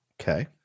Okay